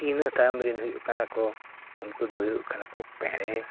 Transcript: ᱤᱱᱟᱹ ᱛᱟᱭᱚᱢ ᱨᱮᱱ ᱦᱩᱭᱩᱜ ᱠᱟᱱᱟ ᱠᱚ ᱩᱱᱠᱩ ᱫᱚ ᱦᱩᱭᱩᱜ ᱠᱟᱱᱟ ᱠᱚ ᱯᱮᱲᱮ